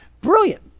brilliant